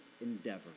endeavor